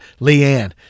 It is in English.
Leanne